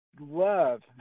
love